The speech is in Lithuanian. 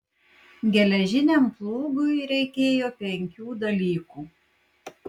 geležiniam plūgui reikėjo penkių dalykų